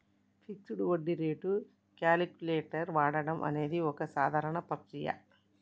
fixed వడ్డీ rate calculator వాడడం అనేది ఒక సాధారణ ప్రక్రియ